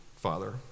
Father